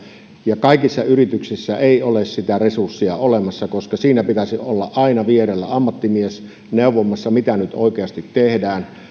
ja kaikissa yrityksissä ei ole resurssia olemassa koska siinä pitäisi olla aina vierellä ammattimiehen neuvomassa mitä nyt oikeasti tehdään